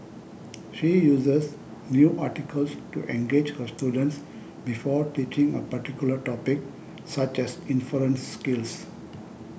she uses news articles to engage her students before teaching a particular topic such as inference skills